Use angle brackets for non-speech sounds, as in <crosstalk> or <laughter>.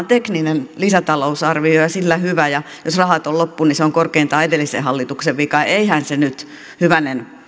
<unintelligible> tekninen lisätalousarvio ja sillä hyvä ja jos rahat ovat loppu niin se on korkeintaan edellisen hallituksen vika eihän se nyt hyvänen